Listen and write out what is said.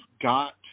got